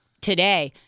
today